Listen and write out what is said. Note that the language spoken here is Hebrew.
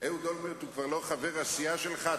אהוד אולמרט הוא כבר לא חבר הסיעה שלך,